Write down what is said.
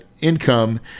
income